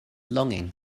longing